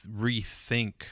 rethink